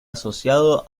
asociado